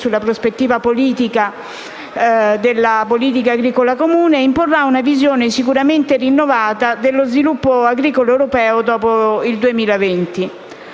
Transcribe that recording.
sulla prospettiva della politica agricola comune e imporrà una visione sicuramente rinnovata dello sviluppo agricolo europeo dopo il 2020.